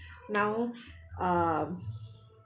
now um